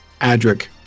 Adric